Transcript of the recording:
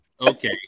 Okay